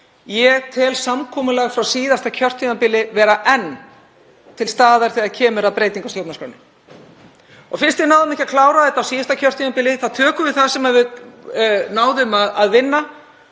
Ég tel samkomulag frá síðasta kjörtímabili vera enn til staðar þegar kemur að breytingu á stjórnarskránni. Fyrst við náðum ekki að klára þetta á síðasta kjörtímabili þá tökum við það sem við náðum að vinna,